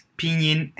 pinyin